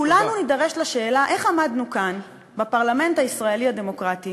כולנו נידרש לשאלה איך עמדנו כאן בפרלמנט הישראלי הדמוקרטי